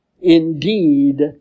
indeed